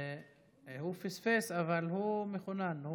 הוא פספס, אבל הוא מחונן.